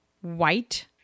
white